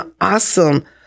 awesome